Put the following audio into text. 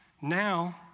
now